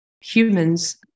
humans